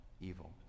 evil